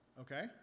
Okay